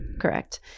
Correct